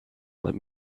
let